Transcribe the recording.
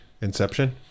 Inception